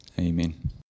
Amen